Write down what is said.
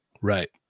Right